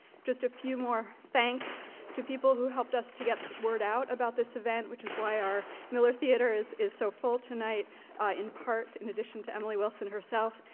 just a few more thanks to people who helped us to get the word out about this event, which is why our miller theater is is so full tonight in part, in addition to emily wilson herself,